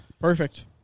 Perfect